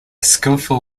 skillful